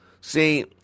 See